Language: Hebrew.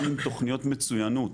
גם תכניות מצוינות